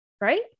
right